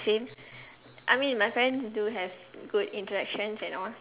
same I mean my parents do have good interactions and all